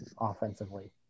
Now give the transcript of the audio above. offensively